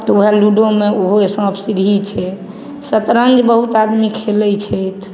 तऽ ओहे लूडोमे ओहो साँप सीढ़ी छै शतरञ्ज बहुत आदमी खेलय छथि